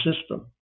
system